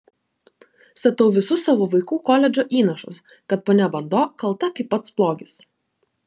statau visus savo vaikų koledžo įnašus kad ponia bando kalta kaip pats blogis